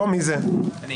הוא לא